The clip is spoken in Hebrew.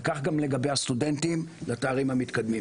וכך גם לגבי הסטודנטים לתארים מתקדמים.